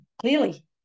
clearly